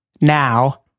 now